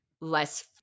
less